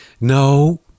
No